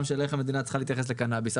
של איך המדינה צריכה להתייחס לקנאביס.